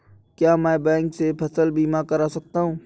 क्या मैं बैंक से फसल बीमा करा सकता हूँ?